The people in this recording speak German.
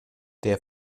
der